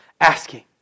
asking